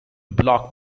block